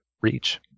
reach